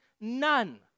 none